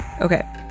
okay